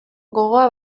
gogoa